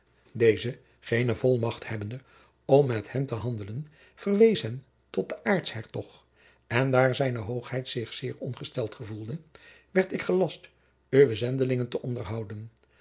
deze geene volmacht hebbende om met hen te handelen verwees hen tot den aartshertog en daar zijne hoogheid zich zeer ongesteld gevoelde werd ik gelast uwe zendelingen te onderhouden